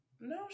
No